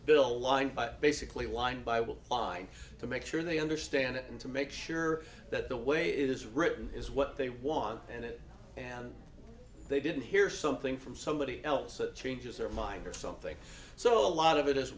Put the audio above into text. bill line by basically line by will line to make sure they understand it and to make sure that the way it is written is what they want and it and they didn't hear something from somebody else that changes their mind or something so a lot of it